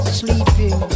sleeping